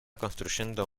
construyendo